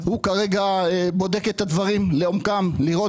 הוא כרגע בודק את הדברים לעומקם ולראות